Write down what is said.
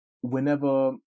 whenever